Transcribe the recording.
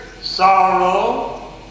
Sorrow